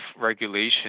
regulation